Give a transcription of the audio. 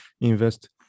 invest